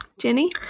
Jenny